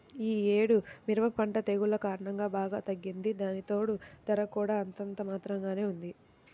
యీ యేడు మిరప పంట తెగుల్ల కారణంగా బాగా తగ్గింది, దానికితోడూ ధర కూడా అంతంత మాత్రంగానే ఉంది